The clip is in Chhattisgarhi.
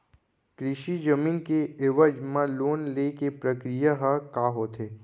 कृषि जमीन के एवज म लोन ले के प्रक्रिया ह का होथे?